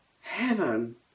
heaven